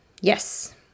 Yes